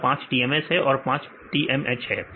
यह 5 TMS और यह 5 TMH वाले हैं